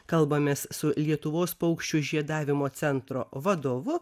kalbamės su lietuvos paukščių žiedavimo centro vadovu